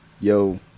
yo